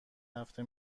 هفته